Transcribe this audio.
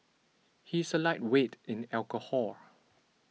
he is a lightweight in alcohol